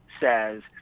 says